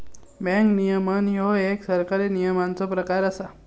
bank नियमन ह्यो एक सरकारी नियमनाचो प्रकार असा